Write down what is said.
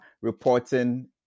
reporting